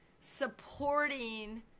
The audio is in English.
supporting